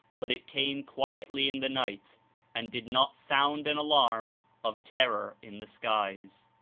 but it came quietly in the night and did not sound an alarm of terror in the skies.